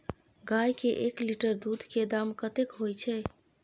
गाय के एक लीटर दूध के दाम कतेक होय छै?